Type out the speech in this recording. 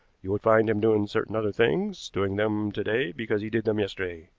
you would find him doing certain other things, doing them to-day because he did them yesterday.